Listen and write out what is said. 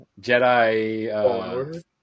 Jedi